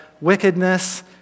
wickedness